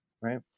right